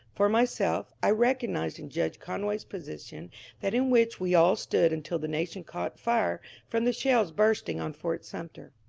for myself, i recognized in judge conway's position that in which we all stood until the nation caught fire from the shells bursting on fort sumter.